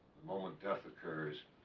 the moment death occurs,